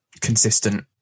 consistent